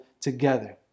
together